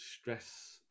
stress